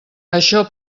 això